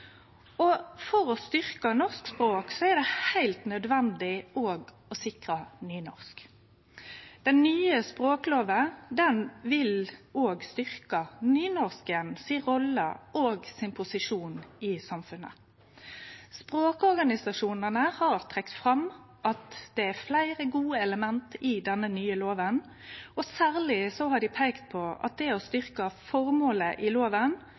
For å styrkje norsk språk er det heilt nødvendig òg å sikre nynorsk. Den nye språkloven vil òg styrkje rolla og posisjonen til nynorsken i samfunnet. Språkorganisasjonane har trekt fram at det er fleire gode element i denne nye loven, og særleg har dei peikt på at det å styrkje føremålet i loven